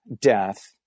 death